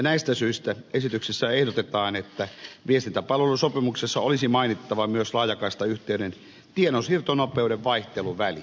näistä syistä esityksessä ehdotetaan että viestintäpalvelusopimuksessa olisi mainittava myös laajakaistayhteyden tiedonsiirtonopeuden vaihteluväli